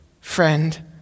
friend